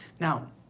Now